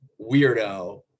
weirdo